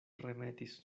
remetis